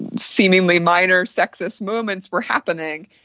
seemingly minor sexist moments were happening.